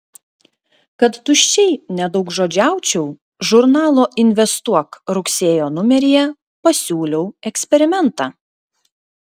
kad tuščiai nedaugžodžiaučiau žurnalo investuok rugsėjo numeryje pasiūliau eksperimentą